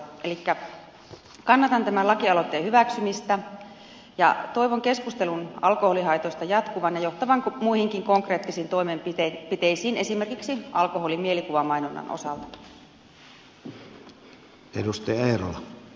elikkä kannatan tämän lakialoitteen hyväksymistä ja toivon keskustelun alkoholihaitoista jatkuvan ja johtavan muihinkin konkreettisiin toimenpiteisiin esimerkiksi alkoholin mielikuvamainonnan osalta